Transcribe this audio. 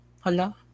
Hello